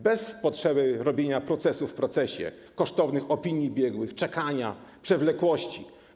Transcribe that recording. Bez potrzeby robienia procesu w procesie, kosztownych opinii biegłych, czekania, przewlekłości.